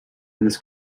this